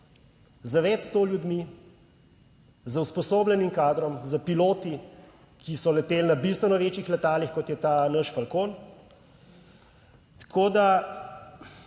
z več sto ljudmi, z usposobljenim kadrom, s piloti, ki so leteli na bistveno večjih letalih, kot je ta naš Falcon. Tako da,